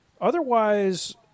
Otherwise